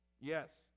Yes